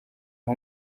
aho